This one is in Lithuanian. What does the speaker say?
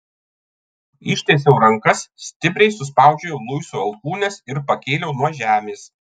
ištiesiau rankas stipriai suspaudžiau luiso alkūnes ir pakėliau nuo žemės